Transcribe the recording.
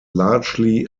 largely